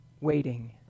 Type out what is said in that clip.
waiting